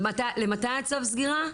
למתי צו הסגירה?